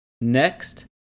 Next